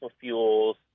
fuels